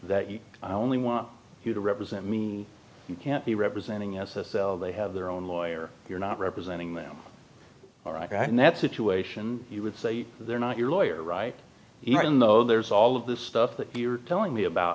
that you only want you to represent me you can't be representing s s l they have their own lawyer you're not representing them all right and that situation you would say they're not your lawyer right even though there's all of this stuff that you're telling me about